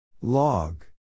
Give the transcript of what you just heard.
Log